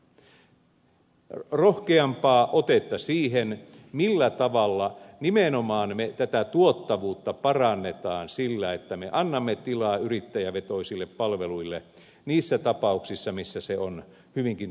tarvitaan rohkeampaa otetta siihen millä tavalla nimenomaan me tätä tuottavuutta parannamme sillä että me annamme tilaa yrittäjävetoisille palveluille niissä tapauksissa joissa se on hyvinkin tarkoituksenmukaista